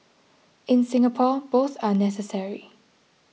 in Singapore both are necessary